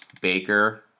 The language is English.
Baker